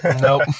Nope